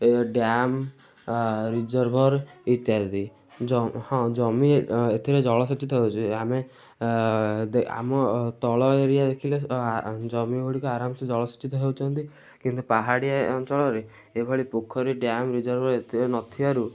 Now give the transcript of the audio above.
ଏ dam ଆ reservoir ଇତ୍ୟାଦି ଜ ହଁ ଜମି ଏଥିରେ ଜଳସେଚିତ ହେଉଛି ଆମେ ଅ ଆମ ତଳ ଏରିଆ ଦେଖିଲେ ଜମି ଗୁଡ଼ିକ ଆରାମ ସେ ଜଳସେଚିତ ହେଉଛନ୍ତି କିନ୍ତୁ ପାହାଡ଼ିଆ ଅଞ୍ଚଳରେ ଏହିଭଳିଆ ପୋଖରୀ ଡ୍ୟାମ୍ ରିଜର୍ଭର୍ ଏତେ ନଥିବାରୁ